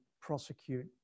prosecute